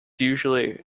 usually